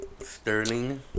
sterling